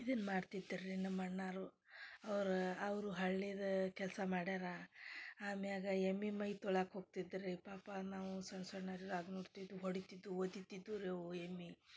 ಇದನ್ನು ಮಾಡ್ತಿದ್ರು ರೀ ನಮ್ಮ ಅಣ್ಣಾವ್ರು ಅವ್ರು ಅವರು ಹಳ್ಳಿದು ಕೆಲಸ ಮಾಡ್ಯಾರೆ ಆಮ್ಯಾಲ ಎಮ್ಮೆ ಮೈ ತೊಳ್ಯಾಕ್ಕ ಹೊಗ್ತಿದ್ರ್ ಪಾಪ ನಾವು ಸಣ್ಣ ಸಣ್ಣ ಹೊಡಿತಿದ್ವು ಒದಿತಿದ್ವು ರೀ ಅವು ಎಮ್ಮೆ